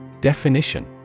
Definition